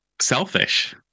selfish